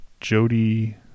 Jody